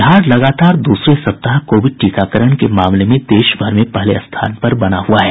बिहार लगातार दूसरे सप्ताह कोविड टीकाकरण के मामले में देश भर में पहले स्थान पर बना हुआ है